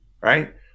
right